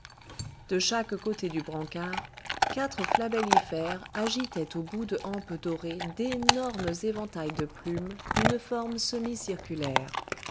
de chaque côté du brancard quatre flabellifères agitaient au bout de hampes dorées d'énormes éventails de plumes d'une forme semi-circulaire